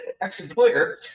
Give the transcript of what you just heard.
ex-employer